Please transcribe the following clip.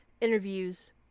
interviews